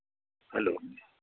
hello